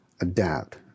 adapt